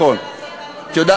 אני חתומה שנייה, אני רוצה